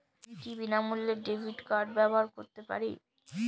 আমি কি বিনামূল্যে ডেবিট কার্ড ব্যাবহার করতে পারি?